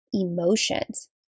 emotions